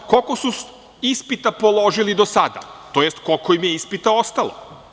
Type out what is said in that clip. Koliko su ispita položili do sada, tj. koliko im je ispita ostalo?